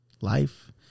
Life